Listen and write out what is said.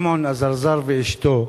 שמעון אזרזר ואשתו,